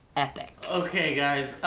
epic. okay guys,